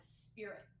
spirit